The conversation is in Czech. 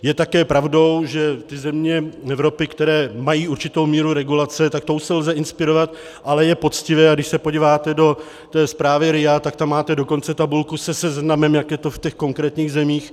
Je také pravdou, že ty země Evropy, které mají určitou míru regulace, tak tou se lze inspirovat, ale je poctivé a když se podíváte do té zprávy RIA, tak tam máte dokonce tabulku se seznamem, jak je to v těch konkrétních zemích.